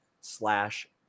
slash